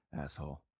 Asshole